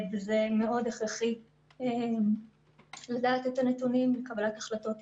וזה מאוד הכרחי לדעת את הנתונים לקבלת החלטות אישית,